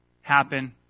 happen